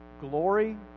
glory